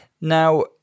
Now